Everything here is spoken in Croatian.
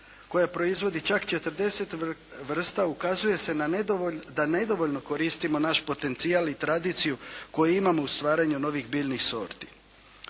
koja proizvodi čak 40 vrsta ukazuje se da nedovoljno koristimo naš potencijal i tradiciju koju imamo u stvaranju novih biljnih sorti.